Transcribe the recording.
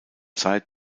zeit